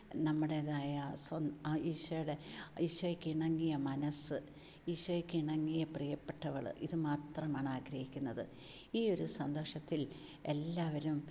നമ്മുടേതായ ഈശോയുടെ ഈശോക്ക് ഇണങ്ങിയ മനസ്സ് ഈശോക്ക് ഇണങ്ങിയ പ്രിയപ്പെട്ടവൾ ഇത് മാത്രമാണ് ആഗ്രഹിക്കുന്നത് ഈ ഒരു സന്തോഷത്തിൽ എല്ലാവരും